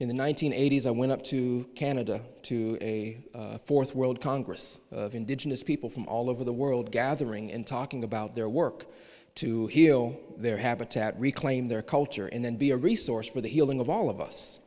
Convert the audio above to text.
hundred eighty s i went up to canada to a fourth world congress of indigenous people from all over the world gathering and talking about their work to heal their habitat reclaim their culture and then be a resource for the healing of all of us